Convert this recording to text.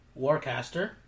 Warcaster